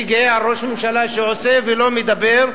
אני גאה על ראש ממשלה שעושה ולא מדבר,